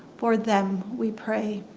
for them we pray.